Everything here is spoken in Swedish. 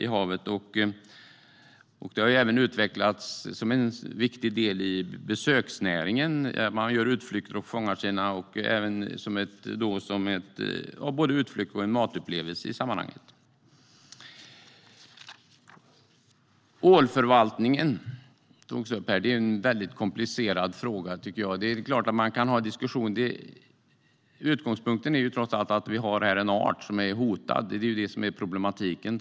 Musselodling har utvecklats även som en viktig del i besöksnäringen. Det kan fungera som en utflykt och en matupplevelse. Ålförvaltningen har också tagits upp. Det är en väldigt komplicerad fråga som man naturligtvis kan diskutera. Utgångspunkten är trots allt att det rör sig om en art som är hotad, det är ju det som är problematiken.